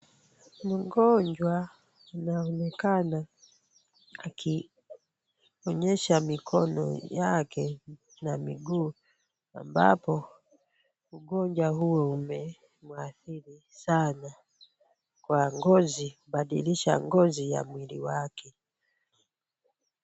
Mgonjwa anaonekana akionyesha mikono yake na miguu ambapo ugonjwa huo umemwadhiri sana kwa ngozi kubadilisha ngozi ya mwili wake.